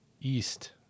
East